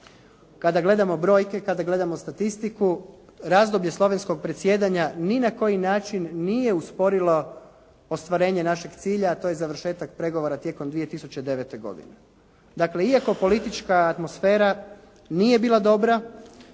kada gledamo brojke kada gledamo statistiku razdoblje slovenskog predsjedanja ni na koji način nije usporilo ostvarenje našeg cilja, a to je završetak pregovora tijekom 2009. godine. Dakle iako politička atmosfera nije bila dobra